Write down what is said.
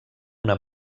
una